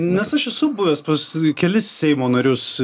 nes aš esu buvęs pas kelis seimo narius